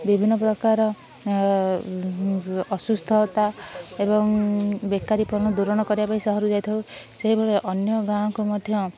ବିଭିନ୍ନ ପ୍ରକାର ଅସୁସ୍ଥତା ଏବଂ ବେକାରୀପଣ ଦୂର କରିବା ପାଇଁ ସହରକୁ ଯାଇଥାଉ ସେହିଭଳି ଅନ୍ୟ ଗାଁକୁ ମଧ୍ୟ